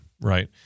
right